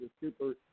super